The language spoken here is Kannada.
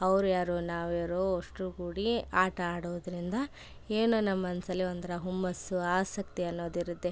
ಅವ್ರು ಯಾರೋ ನಾವು ಯಾರೋ ಅಷ್ಟು ಕೂಡಿ ಆಟ ಆಡೋದರಿಂದ ಏನು ನಮ್ಮ ಮನಸಲ್ಲಿ ಒಂಥರ ಹುಮ್ಮಸ್ಸು ಆಸಕ್ತಿ ಅನ್ನೋದಿರುತ್ತೆ